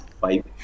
five